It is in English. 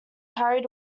hurried